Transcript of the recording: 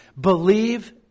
believe